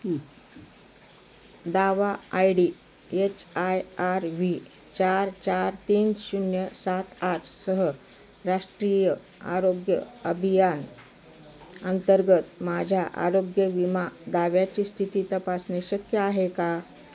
दावा I D H I R V चार चार तीन शून्य सात आठसह राष्ट्रीय आरोग्य अभियान अंतर्गत माझ्या आरोग्य विमा दाव्याची स्थिती तपासणे शक्य आहे का